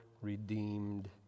redeemed